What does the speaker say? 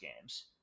games